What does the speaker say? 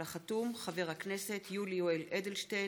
על החתום, חבר הכנסת יולי יואל אדלשטיין,